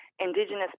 Indigenous